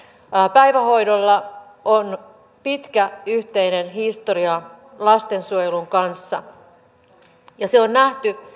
päivähoidolla on pitkä yhteinen historia lastensuojelun kanssa se on nähty